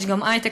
יש גם היי-טק,